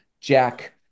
jack